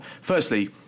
Firstly